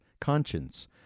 conscience